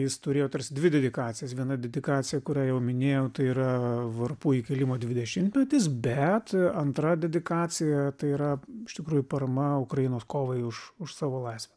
jis turėjo tarsi dvi dedikacijas viena dedikacija kurią jau minėjau tai yra varpų įkėlimo dvidešimtmetis bet antra dedikacija tai yra iš tikrųjų parama ukrainos kovai už už savo laisvę